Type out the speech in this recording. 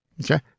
Okay